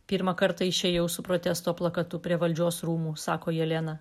pirmą kartą išėjau su protesto plakatu prie valdžios rūmų sako jelena